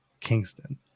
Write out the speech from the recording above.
Kingston